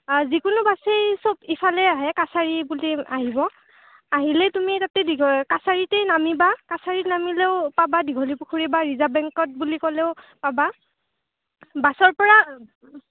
যিকোনো বাছেই চব ইফালে আহে কাছাৰী বুলি আহিব আহিলেই তুমি তাতে দীঘ কাছাৰীতেই নামিবা কাছাৰীত নামিলেও পাবা দীঘলী পুখুৰী বা ৰিজাৰ্ভ বেংকত বুলি ক'লেও পাবা বাছৰ পৰা